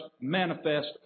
manifest